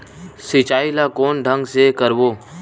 सिंचाई ल कोन ढंग से करबो?